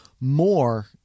more